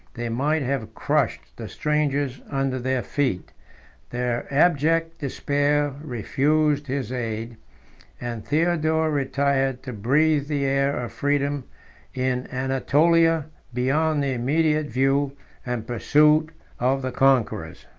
they might have crushed the strangers under their feet their abject despair refused his aid and theodore retired to breathe the air of freedom in anatolia, beyond the immediate view and pursuit of the conquerors.